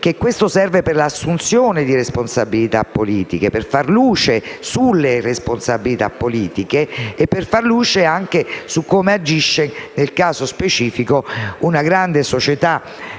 questo serva proprio per l'assunzione di responsabilità politiche, per far luce sulle responsabilità politiche e per far luce anche su come agisce, nel caso specifico, una grande società